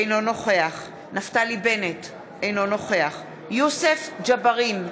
אינו נוכח נפתלי בנט, אינו נוכח יוסף ג'בארין,